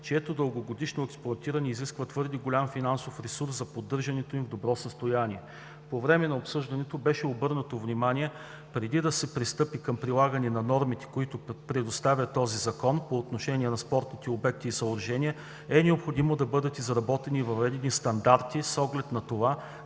чието дългогодишно експлоатиране изисква твърде голям финансов ресурс за поддържането им в добро състояние. По време на обсъждането беше обърнато внимание, че преди да се пристъпи към прилагане на нормите, които предоставя този Закон по отношение на спортни обекти и съоръжения, е необходимо да бъдат изработени и въведени стандарти с оглед на това